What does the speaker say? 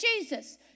Jesus